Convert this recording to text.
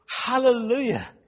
Hallelujah